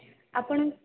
ଆପଣ